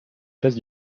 place